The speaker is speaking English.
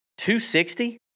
260